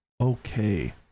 okay